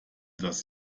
dass